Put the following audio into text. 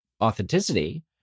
authenticity